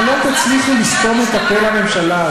אבל לא תצליחי לסתום את הפה לממשלה.